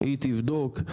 היא תבדוק,